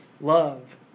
Love